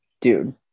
Dude